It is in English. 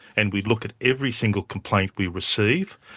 and we look at every single complaint we receive,